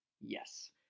Yes